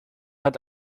hat